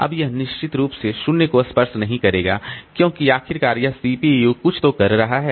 अब निश्चित रूप से यह 0 को स्पर्श नहीं करेगा क्योंकि आखिरकार यह सीपीयू कुछ तो कर रहा है